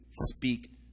speak